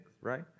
right